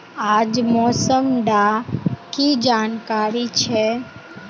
आज मौसम डा की जानकारी छै?